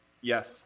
Yes